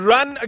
Run